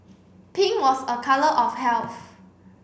pink was a colour of health